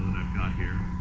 got here.